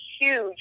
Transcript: huge